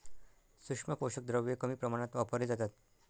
सूक्ष्म पोषक द्रव्ये कमी प्रमाणात वापरली जातात